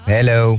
Hello